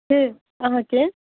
के अहाँके